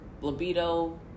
libido